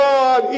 God